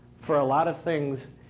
for a lot of things,